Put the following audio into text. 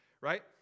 right